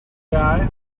guy